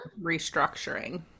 restructuring